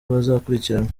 bazakurikiranwa